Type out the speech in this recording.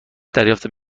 دریافتم